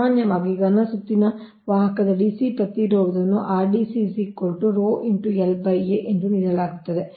ಸಾಮಾನ್ಯವಾಗಿ ಘನ ಸುತ್ತಿನ ವಾಹಕದ ಡಿಸಿ ಪ್ರತಿರೋಧವನ್ನು ನೀಡಲಾಗುತ್ತದೆ